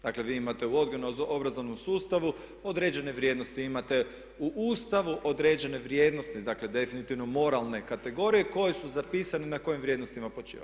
Dakle, vi imate u odgojno-obrazovnom sustavu određene vrijednosti, imate u Ustavu određene vrijednosti definitivno moralne kategorije koje su zapisane na kojim vrijednostima počiva.